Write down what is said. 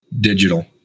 Digital